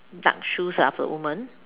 dark shoes ah for the woman